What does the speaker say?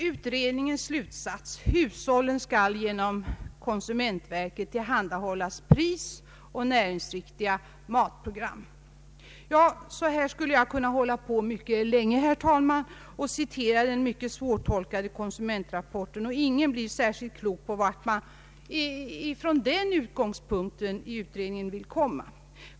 Utredningens slutsats: ”Hushållen skall genom Konsumentverket tillhandahållas prisoch näringsriktiga matprogram.” Så här skulle jag kunna hålla på mycket länge, herr talman, och citera den mycket svårtolkade konsumentrapporten. Ingen blir särskilt klok på vart man i utredningen vill komma.